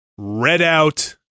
Redout